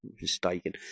mistaken